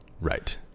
Right